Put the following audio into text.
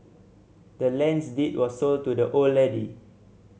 the land's deed was sold to the old lady